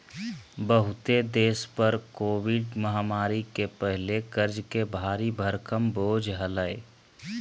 बहुते देश पर कोविड महामारी के पहले कर्ज के भारी भरकम बोझ हलय